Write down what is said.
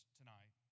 tonight